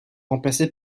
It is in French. remplacées